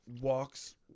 walks